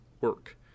work